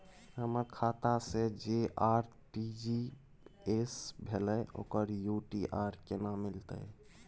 हमर खाता से जे आर.टी.जी एस भेलै ओकर यू.टी.आर केना मिलतै?